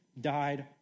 died